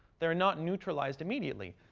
they're not neutralized immediately.